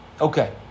Okay